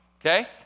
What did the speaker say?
okay